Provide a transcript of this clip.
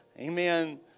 Amen